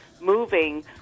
moving